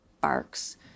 barks